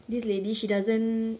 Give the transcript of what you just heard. this lady she doesn't